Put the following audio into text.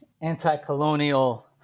anti-colonial